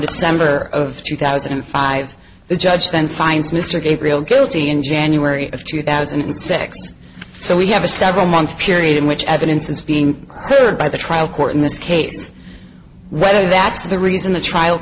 december of two thousand and five the judge then finds mr gabriel guilty in january of two thousand and six so we have a several month period in which evidence is being heard by the trial court in this case whether that's the reason the trial